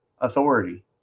authority